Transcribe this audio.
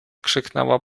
krzyknęła